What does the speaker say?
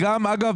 אגב,